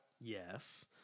Yes